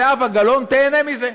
זהבה גלאון תיהנה מזה,